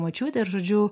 močiutė ir žodžiu